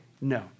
No